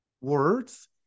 words